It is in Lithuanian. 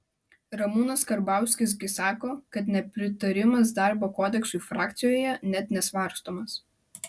ramūnas karbauskis gi sako kad nepritarimas darbo kodeksui frakcijoje net nesvarstomas